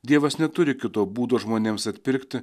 dievas neturi kito būdo žmonėms atpirkti